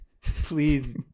please